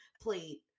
plate